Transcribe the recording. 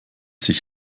sich